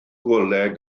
golau